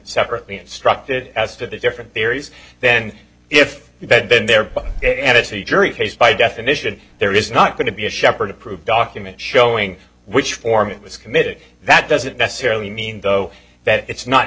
separately instructed as to the different theories then if you had been there but it is the jury case by definition there is not going to be a shepherd approved document showing which form it was committed that doesn't necessarily mean though that it's not